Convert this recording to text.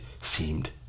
seemed